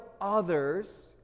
others